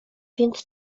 więc